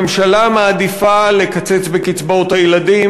הממשלה מעדיפה לקצץ בקצבאות הילדים,